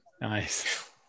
Nice